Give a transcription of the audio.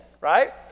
right